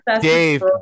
Dave